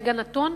רגע נתון,